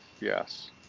Yes